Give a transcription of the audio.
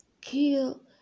kill